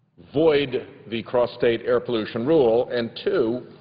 void the cross-state air pollution rule, and, two,